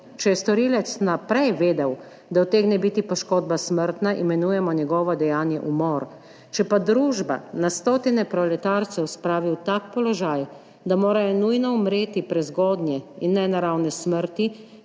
Če je storilec vnaprej vedel, da utegne biti poškodba smrtna, imenujemo njegovo dejanje umor. Če pa družba na stotine proletarcev spravi v tak položaj, da morajo nujno umreti prezgodnje in nenaravne smrti,